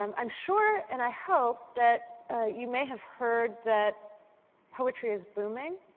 um i'm sure, and i hope that you may have heard that poetry is booming.